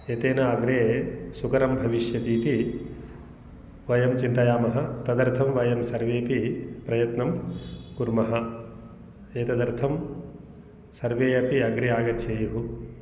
एतेन अग्रे सुकरं भविष्यतीति वयं चिन्तयामः तदर्थं वयं सर्वेपि प्रयत्नं कुर्मः एतदर्थं सर्वे अपि अग्रे आगच्छेयुः